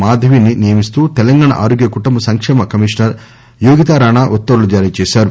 మాధవి ని నియమిస్తూ తెలంగాణ ఆరోగ్య కుటుంబ సంకేమ కమిషనర్ యోగితా రాణా ఉత్తర్వులు జారీ చేశారు